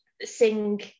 sing